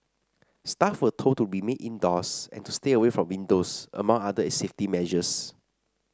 staff were told to remain indoors and to stay away from windows among other safety measures